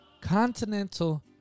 continental